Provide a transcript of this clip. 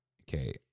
Okay